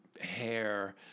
hair